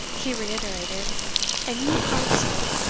he reiterated an ye part so,